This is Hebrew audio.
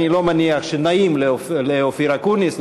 אני לא מניח שנעים לאופיר אקוניס,